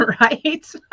Right